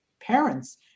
parents